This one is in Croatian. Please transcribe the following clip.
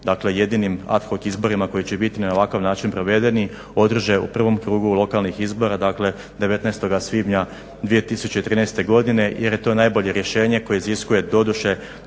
jedinim ad hoc izborima koji će biti na ovakav način provedeni održe u prvom krugu lokalnih izbora, dakle 19. svibnja 2013. godine jer je to najbolje rješenje koje iziskuje doduše